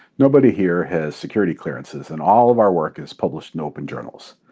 nobody here has security clearances, and all of our work is published in open journals.